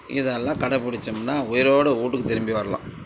இதெல்லாம் கடைப்புடிச்சம்னா உயிரோட ஊட்டுக்குத் திரும்பி வரலாம்